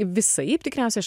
visaip tikriausiai aš